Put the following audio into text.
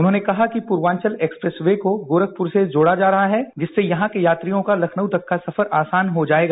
उन्होंने कहा कि पूर्वाचल एक्सप्रेस वे को गोरखपुर से जोड़ा जा रहा है जिससे यहां के यात्रियों का लखनऊ तक का सफर आसान हो जाएगा